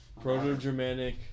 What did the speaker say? Proto-Germanic